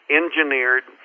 engineered